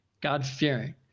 God-fearing